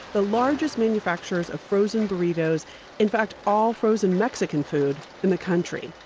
the largest manufacturers of frozen burritos in fact all frozen mexican food in the country.